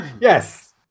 yes